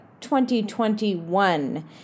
2021